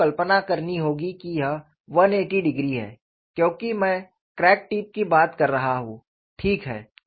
आपको कल्पना करनी होगी कि यह 180 डिग्री है क्योंकि मैं क्रैक टिप की बात कर रहा हूं ठीक है